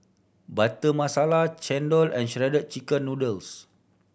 Butter Masala chendol and Shredded Chicken Noodles